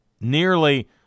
nearly